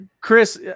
Chris